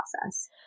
process